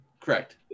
Correct